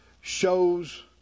shows